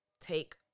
take